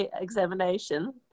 examination